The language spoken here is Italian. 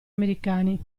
americani